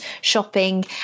shopping